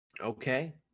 Okay